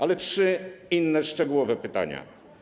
Ale trzy inne szczegółowe pytania.